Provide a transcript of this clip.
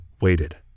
waited